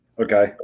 Okay